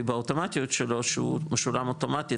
באוטומטיות שלו שהוא משולם אוטומטית,